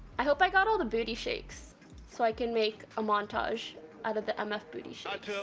i hope i got all the booty shakes so i can make a montage out of the mf booty shakes